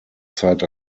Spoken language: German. zeit